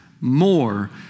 more